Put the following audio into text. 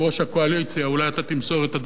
אולי אתה תמסור את הדברים לראש הממשלה: